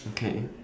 okay